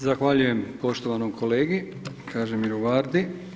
Zahvaljujem poštovanom kolegi Kažimiru Vardi.